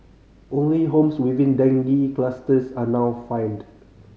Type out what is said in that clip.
only homes within dengue clusters are now fined